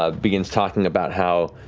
ah begins talking about how